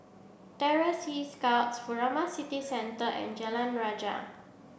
Terror Sea Scouts Furama City Centre and Jalan Rajah